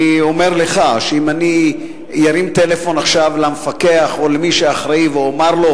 אני אומר לך שאם אני ארים טלפון עכשיו למפקח או למי שאחראי ואומר לו: